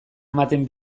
ematen